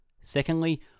secondly